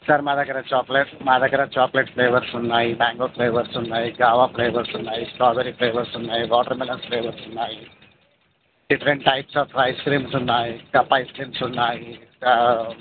sir మా దగ్గర chocolate మా దగ్గర చాక్లెట్ ఫ్లేవర్స్ ఉన్నాయి మ్యాంగో ఫ్లేవర్స్ ఉన్నాయి గ్వావ ఫ్లేవర్స్ ఉన్నాయి స్ట్రాబెర్రీ ఫ్లేవర్స్ ఉన్నాయి వాటర్మిలన్ ఫ్లేవర్స్ ఉన్నాయి different types of ice creams ఉన్నాయి కప్ ఐస్ క్రీమ్స్ ఉన్నాయి